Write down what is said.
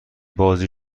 بازی